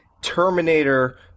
Terminator